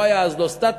לא היו אז סטטוסים,